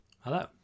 Hello